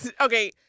Okay